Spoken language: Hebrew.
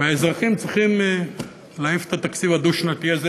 האזרחים צריכים להעיף את התקציב הדו-שנתי הזה,